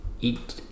eat